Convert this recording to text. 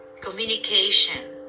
communication